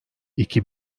iki